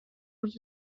would